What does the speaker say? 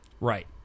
Right